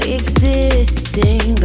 existing